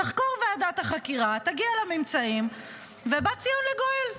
תחקור ועדת החקירה, תגיע לממצאים, ובא לגואל ציון.